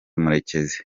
murekezi